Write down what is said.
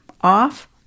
off